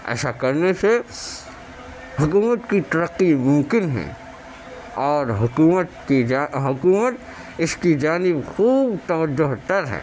ایسا کرنے سے حکومت کی ترقی ممکن ہے اور حکومت کی جا حکومت اس کی جانب خوب توجہ تر ہے